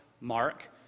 Mark